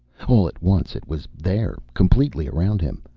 all at once it was there, completely around him.